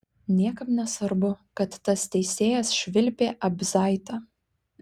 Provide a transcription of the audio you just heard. niekam nesvarbu kad tas teisėjas švilpė abzaitą